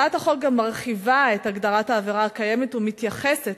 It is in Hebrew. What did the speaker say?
הצעת החוק גם מרחיבה את הגדרת העבירה הקיימת ומתייחסת,